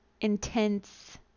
intense